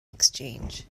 exchange